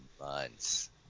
months